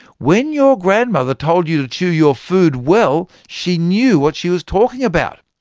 when your grandmother told you to chew your food well, she knew what she was talking about.